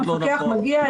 המפקח מגיע,